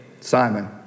Simon